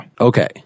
Okay